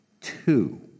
two